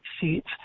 seats